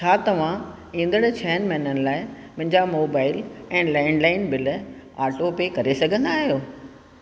छा तव्हां ईंदड़ु छहनि महिननि लाइ मुंहिंजा मोबाइल ऐं लैंडलाइन बिल ऑटो पे करे सघंदा आहियो